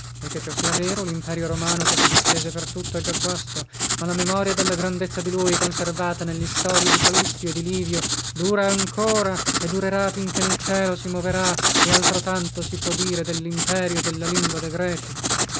e che ciò sia vero limperio romano che si distese per tutto è già guasto ma la memoria della grandezza di lui conservata nellistorie di salustio e di livio dura ancora e durerà fin che l cielo si moverà e altrotanto si può dire dellimperio e della lingua de greci